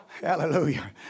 Hallelujah